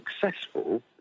successful